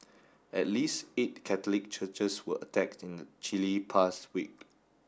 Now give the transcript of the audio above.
at least eight Catholic churches were attacked in Chile in past week